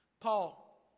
Paul